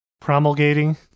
promulgating